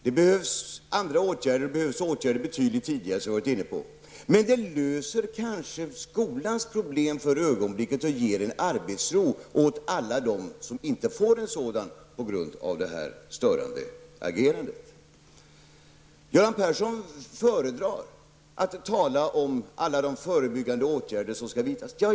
Det behövs andra åtgärder, och det behövs åtgärder betydligt tidigare, som jag har varit inne på förut. Men det löser kanske skolans problem för ögonblicket och ger arbetsro för alla de elever som inte får en sådan på grund av detta störande agerande. Göran Persson föredrar att tala om alla de förebyggande åtgärder som skall vidtas.